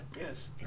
yes